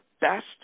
best